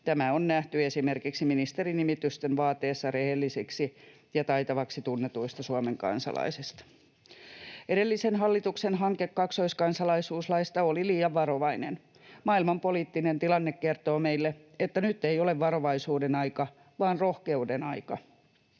Tämä on nähty esimerkiksi ministerinimitysten vaateessa rehellisiksi ja taitaviksi tunnetuista Suomen kansalaisista. Edellisen hallituksen hanke kaksoiskansalaisuuslaista oli liian varovainen. Maailmanpoliittinen tilanne kertoo meille, että nyt ei ole varovaisuuden aika, vaan rohkeuden aika.